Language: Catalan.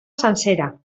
sencera